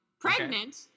Pregnant